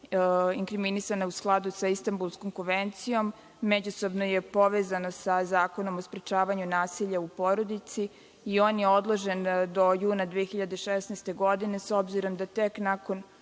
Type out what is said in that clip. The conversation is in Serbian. inkriminisana u skladu sa Istambulskom konvencijom. Međusobno je povezano sa Zakonom o sprečavanju nasilja u porodici i on je odložen do juna 2016. godine, s obzirom da tek nakon